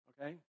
okay